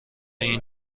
این